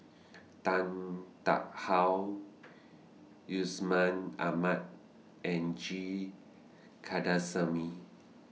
Tan Tarn How Yusman Aman and G Kandasamy